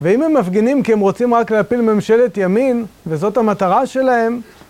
ואם הם מפגינים כי הם רוצים רק להפיל ממשלת ימין, וזאת המטרה שלהם,